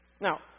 Now